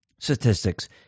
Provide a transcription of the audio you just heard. statistics